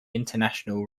international